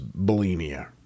bulimia